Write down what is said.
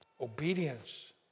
obedience